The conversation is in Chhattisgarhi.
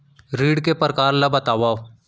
ऋण के परकार ल बतावव?